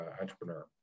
entrepreneur